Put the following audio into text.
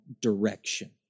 direction